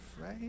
right